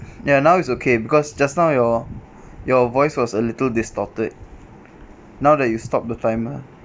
ya now it's okay because just now your your voice was a little distorted now that you stopped the timer